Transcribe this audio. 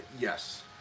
yes